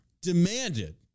demanded